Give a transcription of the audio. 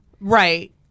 Right